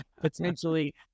potentially